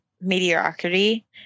mediocrity